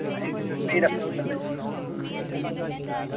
असेंगी स्हेई रस्ता तुसी